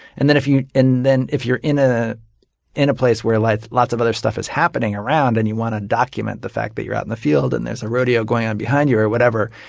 and then if and then if you're in ah in a place where like lots of other stuff is happening around and you want to document the fact that you're out in the field and there's a rodeo going on behind you or whatever,